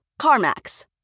CarMax